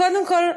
קודם כול,